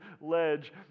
ledge